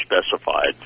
specified